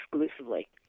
exclusively